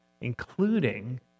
including